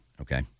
okay